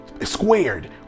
squared